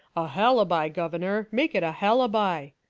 a halibi, governor, make it a halibi,